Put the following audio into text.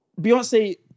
Beyonce-